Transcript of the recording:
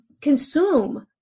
consume